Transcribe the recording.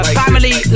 family